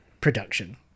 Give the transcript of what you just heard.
production